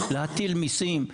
להטיל מיסים.